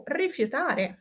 rifiutare